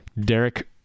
Derek